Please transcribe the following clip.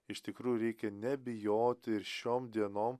iš tikrųjų reikia nebijoti ir šiom dienom